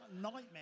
Nightmare